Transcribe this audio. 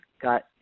got